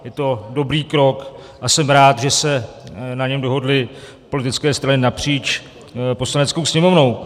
Je to dobrý krok a jsem rád, že se na něm dohodly politické strany napříč Poslaneckou sněmovnou.